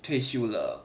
退休了